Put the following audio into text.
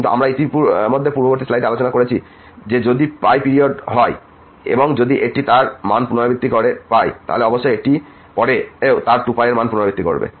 কিন্তু আমরা ইতিমধ্যেই পূর্ববর্তী স্লাইডে আলোচনা করেছি যে যদি পিরিয়ড হয় এবং যদি এটি তার মান পুনরাবৃত্তি করে তাহলে অবশ্যই এটি পরেও তার 2π এর মান পুনরাবৃত্তি করবে